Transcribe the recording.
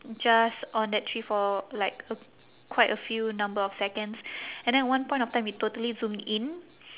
just on that tree for like a quite a few number of seconds and then one point of time it totally zoomed in